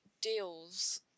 deals